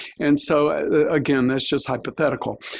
and so again, that's just hypothetical.